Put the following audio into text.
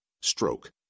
Stroke